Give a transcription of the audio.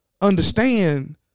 understand